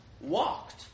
walked